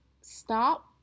stop